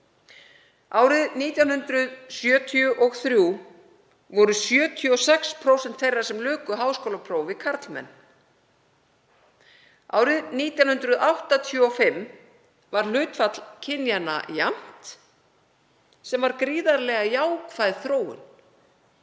Árið 1973 voru 76% þeirra sem luku háskólaprófi karlmenn. Árið 1985 var hlutfall kynjanna jafnt, sem var gríðarlega jákvæð þróun.